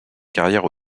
carrière